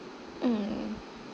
mm